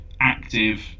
active